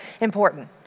important